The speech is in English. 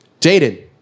Jaden